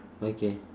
okay